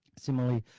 similarly,